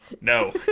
no